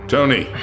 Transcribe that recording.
Tony